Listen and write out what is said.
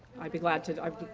i'd be glad to. guy